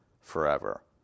forever